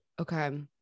Okay